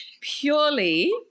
purely